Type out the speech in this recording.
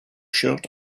shirt